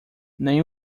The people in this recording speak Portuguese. nem